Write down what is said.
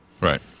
Right